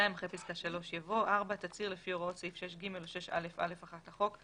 אחרי פסקה (3) יבוא: "(4)תצהיר לפי הוראות סעיף 6(ג) או 6א(א1) לחוק,